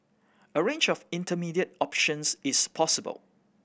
a range of intermediate options is possible